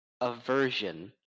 aversion